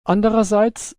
andererseits